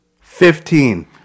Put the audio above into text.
Fifteen